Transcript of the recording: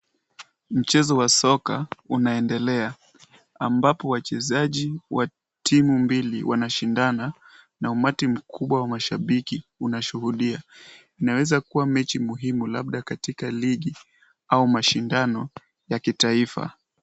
Mchezo wa soka unaendelea. Ambapo wachezaji wa timu mbili wanashindana na umati mkubwa wa mashabiki unashuhudia. Inaweza kuwa mechi muhimu labda katika ligi au mashindano ya kitaifa.